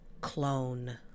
clone